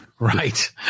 Right